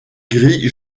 gris